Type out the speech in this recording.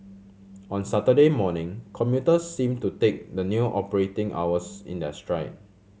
on Saturday morning commuters seemed to take the new operating hours in their stride